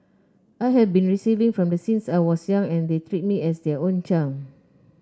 I have been receiving from them since I was young and they treat me as their own child